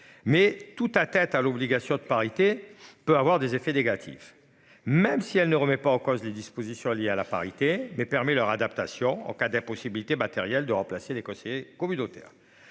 mais toute atteinte à l'obligation de parité peut avoir des effets négatifs. Même si elle ne remet pas en cause les dispositions liées à la parité, mais permet leur adaptation en cas d'impossibilité matérielle de remplacer les conseillers communautaires.